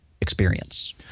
experience